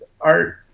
art